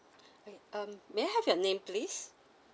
okay um may I have your name please